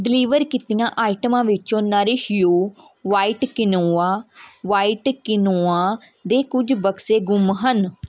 deliver ਕੀਤੀਆਂ ਆਈਟਮਾਂ ਵਿੱਚੋਂ nourish you white quinoa white quinoa ਦੇ ਕੁਝ ਬਕਸੇ ਗੁੰਮ ਹਨ